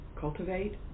cultivate